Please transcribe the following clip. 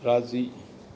राज़ी